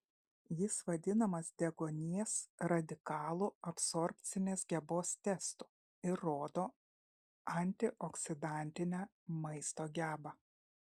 jis vadinamas deguonies radikalų absorbcinės gebos testu ir rodo antioksidantinę maisto gebą